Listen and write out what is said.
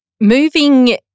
moving